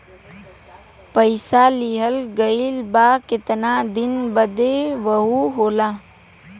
पइसा लिहल गइल बा केतना दिन बदे वहू होला